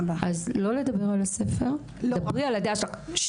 אני מבקשת לא לדבר על הספר, דברי על הדעה שלך.